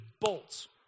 bolts